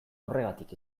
horregatik